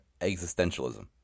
existentialism